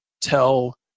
tell